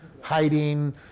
hiding